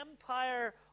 empire